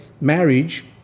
marriage